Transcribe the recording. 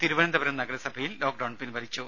തിരുവനന്തപുരം നഗരസഭയിൽ ലോക്ക്ഡൌൺ പിൻവലിച്ചു